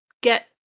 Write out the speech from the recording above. get